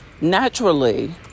naturally